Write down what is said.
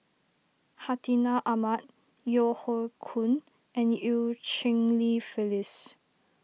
Hartinah Ahmad Yeo Hoe Koon and Eu Cheng Li Phyllis